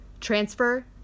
transfer